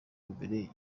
mbere